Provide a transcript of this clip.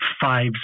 five